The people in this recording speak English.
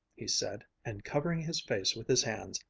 he said, and covering his face with his hands,